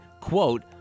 quote